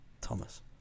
Thomas